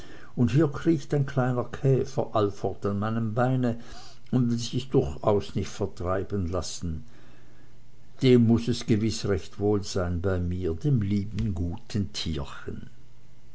und hier kriecht ein kleiner käfer allfort an meinem beine und will sich durchaus nicht vertreiben lassen dem muß es gewiß recht wohl sein bei mir dem lieben guten tierchen